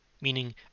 meaning